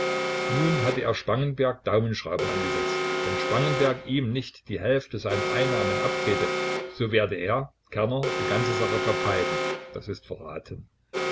nun hatte er spangenberg daumenschrauben angesetzt wenn spangenberg ihm nicht die hälfte seiner einnahmen abtrete so werde er kerner die ganze sache verpfeifen verraten